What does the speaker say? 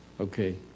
okay